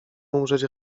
umrzeć